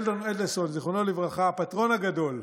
שלדון אדלסון, זיכרונו לברכה, הפטרון הגדול: